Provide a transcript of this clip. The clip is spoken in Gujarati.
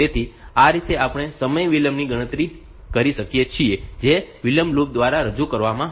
તેથી આ રીતે આપણે સમય વિલંબની ગણતરી કરી શકીએ છીએ જે વિલંબ લૂપ દ્વારા રજૂ કરવામાં આવે છે